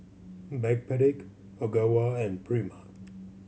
Backpedic Ogawa and Prima